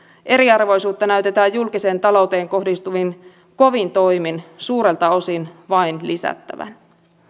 eriarvoisuutta näytetään julkiseen talouteen kohdistuvin kovin toimin suurelta osin vain lisättävän